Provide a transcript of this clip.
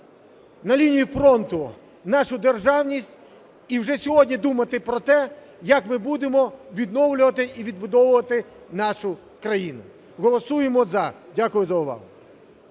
на лінії фронту нашу державність і вже сьогодні думати про те, як ми будемо відновлювати і відбудовувати нашу країну. Голосуємо – за. Дякую за увагу.